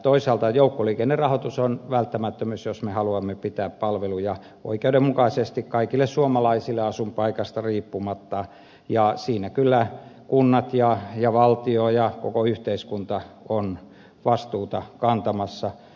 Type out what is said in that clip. toisaalta joukkoliikennerahoitus on välttämättömyys jos me haluamme pitää palveluja oikeudenmukaisesti kaikille suomalaisille asuinpaikasta riippumatta ja siinä kyllä kunnat ja valtio ja koko yhteiskunta ovat vastuuta kantamassa